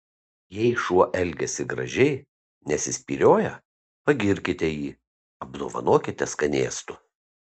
jei šuo elgiasi gražiai nesispyrioja pagirkite jį apdovanokite skanėstu